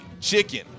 chicken